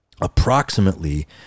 approximately